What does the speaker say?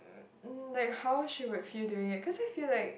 like how she would feel doing it cause I feel like